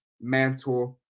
Mantle